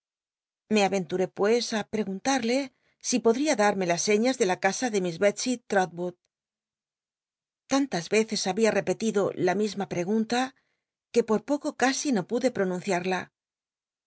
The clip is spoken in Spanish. me ayenturé pues tí pregunlade si podría darme las señas de la casa de miss detsey rrolwood tantas veces babia repetido la misma pregunta que por poco casi no pude pronunciarla